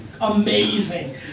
amazing